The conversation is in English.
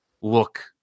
look